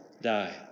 die